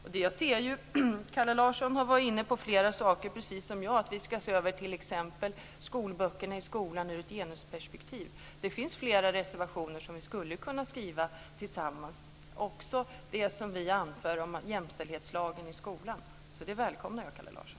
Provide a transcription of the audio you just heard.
Både Kalle Larsson och jag har t.ex. varit inne på att läroböckerna i skolan bör ses över i ett genusperspektiv. Vi skulle ha kunnat skriva flera reservationer tillsammans, bl.a. om jämställdhetslagen i skolan. Det välkomnar jag, Kalle Larsson.